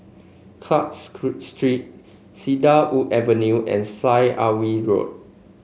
Clarke Street Cedarwood Avenue and Syed Alwi Road